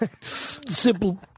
Simple